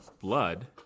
blood